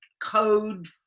code